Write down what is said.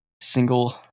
single